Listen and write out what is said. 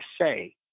say